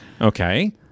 Okay